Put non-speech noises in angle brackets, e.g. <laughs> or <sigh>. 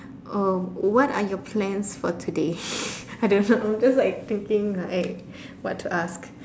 uh what are your plans for today <laughs> I don't know I'm just like thinking like what to ask